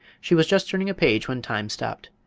she was just turning a page when time stopped.